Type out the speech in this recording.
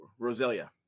roselia